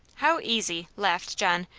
how easy! laughed john,